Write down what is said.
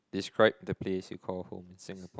describe the place you call home in Singapore